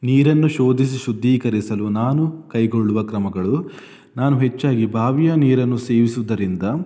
ನೀರನ್ನು ಶೋಧಿಸಿ ಶುದ್ಧೀಕರಿಸಲು ನಾನು ಕೈಗೊಳ್ಳುವ ಕ್ರಮಗಳು ನಾನು ಹೆಚ್ಚಾಗಿ ಬಾವಿಯ ನೀರನ್ನು ಸೇವಿಸುವುದರಿಂದ